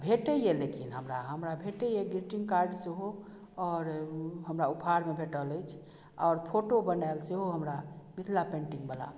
आ भेटैए लेकिन हमरा हमरा भेटैए ग्रीटिंग कार्ड सेहो आओर हमरा उपहारमे भेटल अछि आओर फोटो बनाएल सेहो हमरा मिथिला पेंटिंगवला